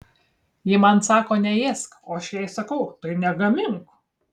ji man sako neėsk o aš jai sakau tai negamink